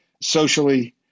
socially